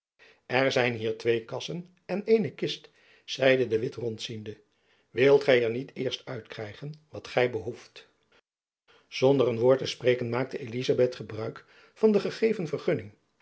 er zijn hier twee kassen en eene kist zeide de witt rond ziende wilt gy er niet eerst uitkrijgen wat gy behoeft zonder een woord te spreken maakte elizabeth gebruik van de gegeven vergunning